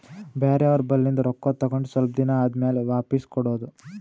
ಬ್ಯಾರೆ ಅವ್ರ ಬಲ್ಲಿಂದ್ ರೊಕ್ಕಾ ತಗೊಂಡ್ ಸ್ವಲ್ಪ್ ದಿನಾ ಆದಮ್ಯಾಲ ವಾಪಿಸ್ ಕೊಡೋದು